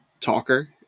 talker